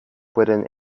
pueden